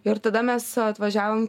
ir tada mes atvažiavom